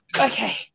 Okay